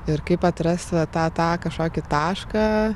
ir kaip atrast va tą tą kažkokį tašką